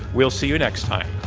we'll see you next time.